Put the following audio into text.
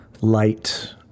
light